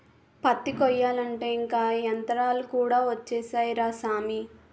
పత్తి కొయ్యాలంటే ఇంక యంతరాలు కూడా ఒచ్చేసాయ్ రా సామీ